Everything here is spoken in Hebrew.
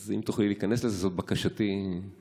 אז אם תוכלי להיכנס לזה, זו בקשתי אלייך.